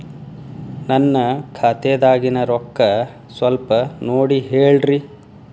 ನನ್ನ ಖಾತೆದಾಗಿನ ರೊಕ್ಕ ಸ್ವಲ್ಪ ನೋಡಿ ಹೇಳ್ರಿ